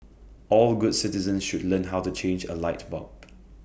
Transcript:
all good citizens should learn how to change A light bulb